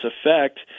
effect